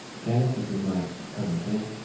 candace, this is my cousin keenan.